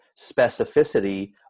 specificity